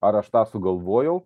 ar aš tą sugalvojau